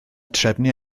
trefnu